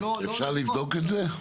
אפשר לבדוק את זה?